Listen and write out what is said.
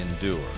endure